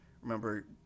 Remember